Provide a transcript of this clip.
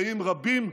מבצעים רבים,